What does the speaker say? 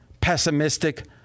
pessimistic